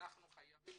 אנחנו חייבים